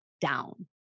down